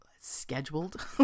scheduled